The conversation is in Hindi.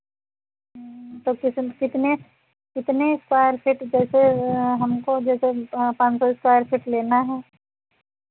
तो कितन कितने कितने स्क्वायर फ़ीट जैसे हमको जैसे पाँच सौ स्क्वायर फ़ीट लेना है